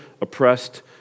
oppressed